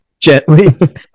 Gently